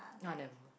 I never